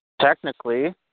technically